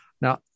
Now